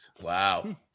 Wow